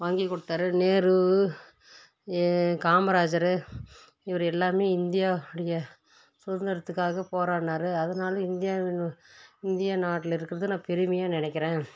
வாங்கி கொடுத்தாரு நேரு காமராஜரு இவர் எல்லாமே இந்தியாவுடைய சுதந்திரத்துக்காக போராடினாரு அதனாலே இந்தியாவின் இந்தியா நாடில் இருக்கிறத நான் பெருமையாக நினைக்கிறேன்